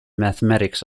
mathematics